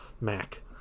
Mac